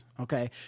Okay